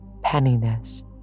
penniness